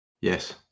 yes